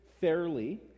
fairly